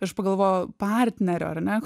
aš pagalvojau partnerio ar ne